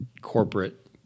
corporate